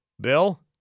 Bill